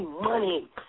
money